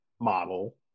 model